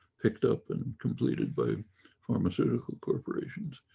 picked up and and completed by pharmaceutical corporations,